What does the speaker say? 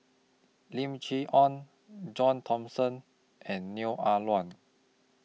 Lim Chee Onn John Thomson and Neo Ah Luan